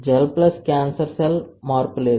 gel plus cancer cell మార్పు లేదు